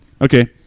Okay